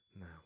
now